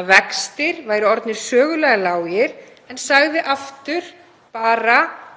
að vextir væru orðnir sögulega lágir en sagði aftur bara hálfa